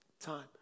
time